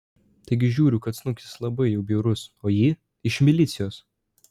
taigi žiūriu kad snukis labai jau bjaurus o ji iš milicijos